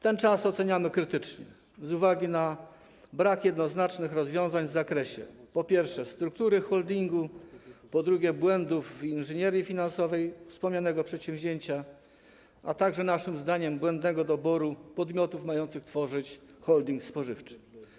Ten czas oceniamy krytycznie z uwagi na brak jednoznacznych rozwiązań w zakresie, po pierwsze, struktury holdingu, po drugie, błędów w inżynierii finansowej wspomnianego przedsięwzięcia, a także naszym zdaniem błędnego doboru podmiotów mających tworzyć holding spożywczy.